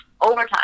overtime